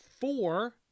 four